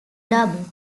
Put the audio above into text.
doubt